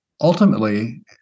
ultimately